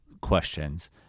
questions